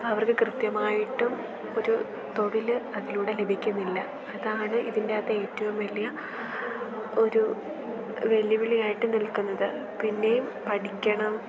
അപ്പം അവർക്ക് കൃത്യമായിട്ടും ഒരു തൊഴിൽ അതിലൂടെ ലഭിക്കുന്നില്ല അതാണ് ഇതിൻ്റെ അകത്തെ ഏറ്റവും വലിയ ഒരു വെല്ലുവിളിയായിട്ട് നിൽക്കുന്നത് പിന്നെയും പഠിക്കണം